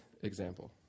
example